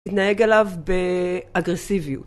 להתנהג עליו באגרסיביות.